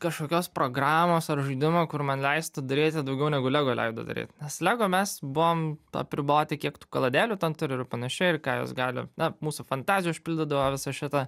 kažkokios programos ar žaidimo kur man leistų daryti daugiau negu lego leido daryt nes lego mes buvom apriboti kiek tų kaladėlių ten tu turi ir panašiai ir ką jos gali na mūsų fantazija užpildydavo visą šitą